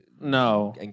No